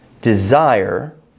desire